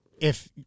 If-